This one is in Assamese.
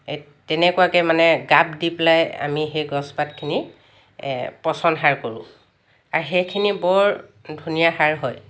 তেনেকুৱাকৈ মানে গাপ দি পেলাই আমি সেই গছপাতখিনি পচন সাৰ কৰোঁ আৰু সেইখিনি বৰ ধুনীয়া সাৰ হয়